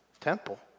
temple